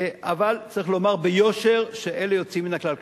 אבל צריך לומר ביושר שאלה יוצאים מן הכלל.